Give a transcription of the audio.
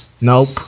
nope